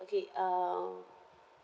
okay uh